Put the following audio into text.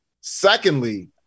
Secondly